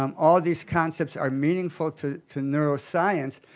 um all these concepts are meaningful to to neuroscience.